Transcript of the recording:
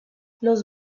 los